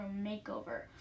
makeover